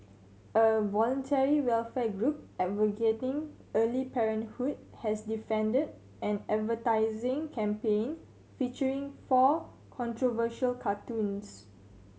a voluntary welfare group advocating early parenthood has defended an advertising campaign featuring four controversial cartoons